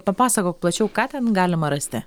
papasakok plačiau ką ten galima rasti